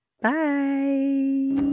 Bye